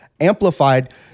amplified